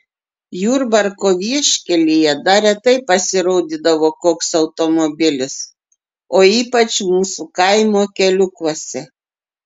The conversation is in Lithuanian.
jurbarko vieškelyje dar retai pasirodydavo koks automobilis o ypač mūsų kaimo keliukuose